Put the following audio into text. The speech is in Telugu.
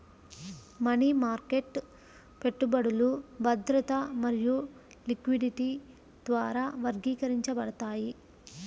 మనీ మార్కెట్ పెట్టుబడులు భద్రత మరియు లిక్విడిటీ ద్వారా వర్గీకరించబడతాయి